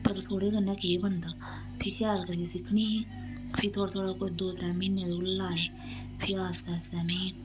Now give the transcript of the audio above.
पर थोह्ड़े कन्नै केह् बनदा फ्ही शैल करियै सिक्खनी ही फ्ही थोह्ड़ा थोह्ड़ा कोई दो त्रै म्हीने ओह्दे कोल लाए फ्ही आस्ता आस्ता में